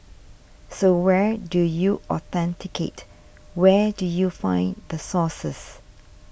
so where do you authenticate where do you find the sources